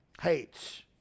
Hates